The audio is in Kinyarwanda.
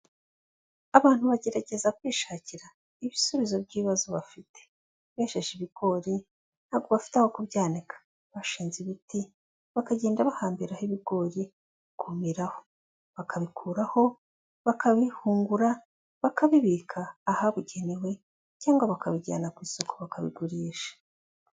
Abantu bagerageza kwishakira ibisubizo by'ibibazo bafite. Bejeje ibigori ntabwo bafite aho kubyanika. Bashinze ibiti bakagenda bahambiraho ibigori bikumiraho, bakabikuraho bakabihungura bakabibika ahabugenewe, cyangwa bakabijyana ku isuko bakabigurisha.